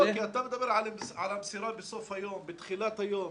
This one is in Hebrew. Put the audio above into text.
כי אתה מדבר על המסירה בסוף היום ובתחילת היום,